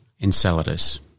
Enceladus